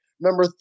Number